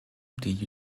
die